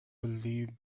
believe